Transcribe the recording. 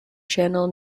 channel